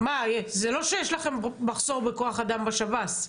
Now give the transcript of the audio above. זה לא שיש לכם מחסור בכוח אדם בשב"ס.